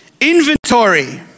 inventory